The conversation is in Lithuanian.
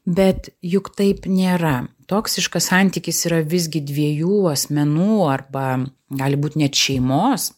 bet juk taip nėra toksiškas santykis yra visgi dviejų asmenų arba gali būt net šeimos